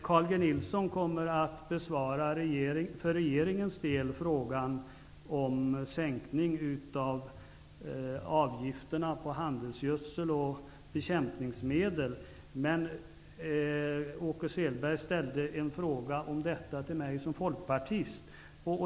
Carl G Nilsson kommer att å regeringens vägnar besvara frågan om sänkning av avgifterna på handelsgödsel och bekämpningsmedel. Åke Selberg ställde en fråga om detta till mig som folkpartist.